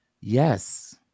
Yes